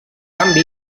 canvi